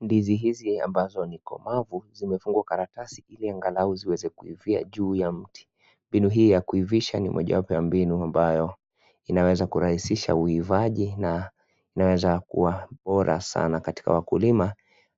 Ndizi hizi ambazo ni komavu zimefungwa karatasi iliangalau ziweze kuivia juu ya mti mbinu hii ya kuifisha ni mbinu moja ambayo inaweza kurahisisha uivaji na inaweza kuwa bora sana katika wakulima